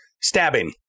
stabbing